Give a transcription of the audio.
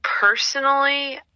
personally